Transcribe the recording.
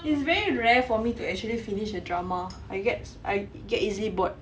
it's very rare for me to actually finish a drama I get I get easily bored